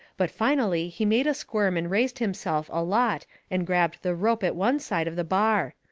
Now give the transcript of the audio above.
but finally he made a squirm and raised himself a lot and grabbed the rope at one side of the bar.